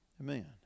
Amen